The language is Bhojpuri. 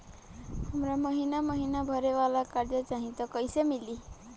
हमरा महिना महीना भरे वाला कर्जा चाही त कईसे मिली?